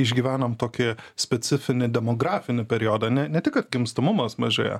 išgyvenam tokį specifinį demografinį periodą ne ne tik kad gimstamumas mažėja